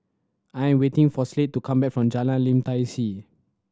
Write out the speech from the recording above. I am waiting for Slade to come back from Jalan Lim Tai See